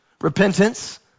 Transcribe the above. Repentance